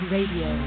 Radio